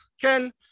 Ken